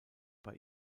bei